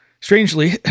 strangely